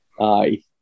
Aye